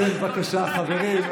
כן, בבקשה, חברים.